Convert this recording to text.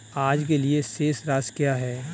आज के लिए शेष राशि क्या है?